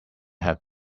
have